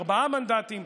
ארבעה מנדטים?